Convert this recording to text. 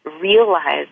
realize